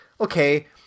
okay